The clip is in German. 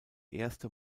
erste